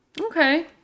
okay